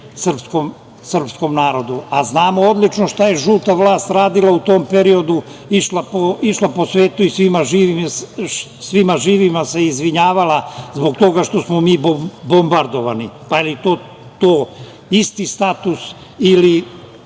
srpskom narodu? Znamo odlično šta je žuta vlast radila u tom periodu, išla po svetu i svima živima se izvinjavala zbog toga što smo mi bombardovani, pa je li to isti status ili